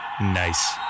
Nice